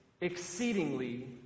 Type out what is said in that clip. exceedingly